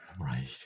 Right